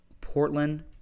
Portland